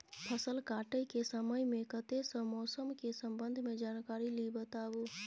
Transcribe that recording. फसल काटय के समय मे कत्ते सॅ मौसम के संबंध मे जानकारी ली बताबू?